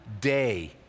day